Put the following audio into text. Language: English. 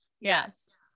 Yes